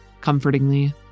comfortingly